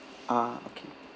ah okay